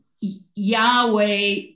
Yahweh